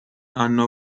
hanno